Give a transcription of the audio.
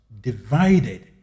divided